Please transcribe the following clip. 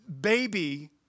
baby